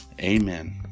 Amen